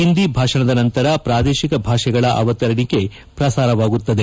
ಹಿಂದಿ ಭಾಷಣದ ನಂತರ ಪ್ರಾದೇಶಿಕ ಭಾಷೆಗಳ ಅವತರಣಿಕೆಯ ಪ್ರಸಾರವಾಗಲಿದೆ